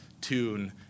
tune